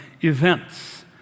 events